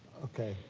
okay,